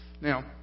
Now